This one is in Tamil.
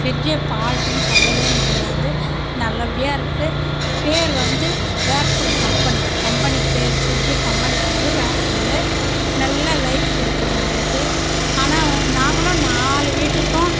ஃப்ரிட்ஜ்ஜை ஃபால்ட்டுனு சொல்லவே முடியாது நல்லபடியாக இருக்கு பேர் வந்து வேர்ஃபுல் கம்பெனி கம்பெனி பேர் ஃப்ரிட்ஜ்ஜு கம்பெனி பேர் வேர்ஃபுல்லு நல்ல லைஃப் கொடுக்குது எங்களுக்கு ஆனால் நாங்களும் நாலு வீட்டுக்கும்